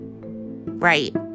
right